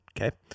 Okay